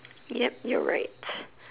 ya your right